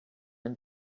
and